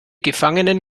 gefangenen